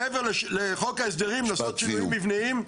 מעבר לחוק ההסדרים לעשות שינויים מבניים.